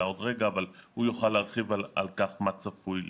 מה צפוי להיות.